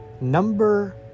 Number